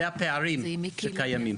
אלו הפערים שקיימים.